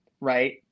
right